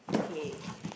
K